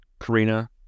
Karina